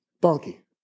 Donkey